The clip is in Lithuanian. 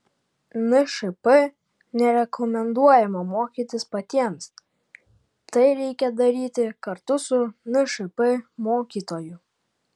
nšp nerekomenduojama mokytis patiems tai reikia daryti kartu su nšp mokytoju